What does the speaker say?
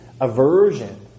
aversion